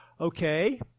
Okay